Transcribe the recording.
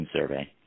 survey